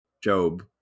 Job